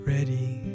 Ready